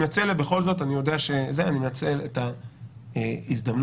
בכל זאת אני מנצל את ההזדמנות,